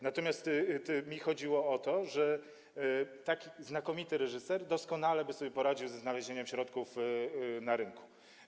Natomiast chodziło mi o to, że tak znakomity reżyser doskonale by sobie poradził ze znalezieniem środków na rynku.